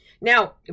Now